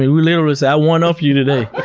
we we literally say, i one-up you today.